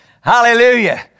Hallelujah